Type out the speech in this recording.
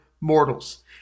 mortals